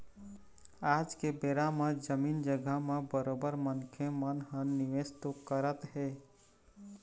आज के बेरा म जमीन जघा म बरोबर मनखे मन ह निवेश तो करत हें